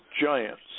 giants